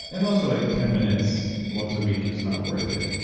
and also, like ten minutes once a week is not worth it.